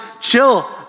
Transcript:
Chill